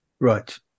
right